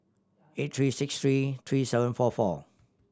eight three six three three seven four four